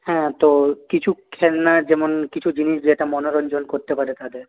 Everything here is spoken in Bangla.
হ্যাঁ তো কিছু খেলনা যেমন কিছু জিনিস যেটা মনোরঞ্জন করতে পারে তাদের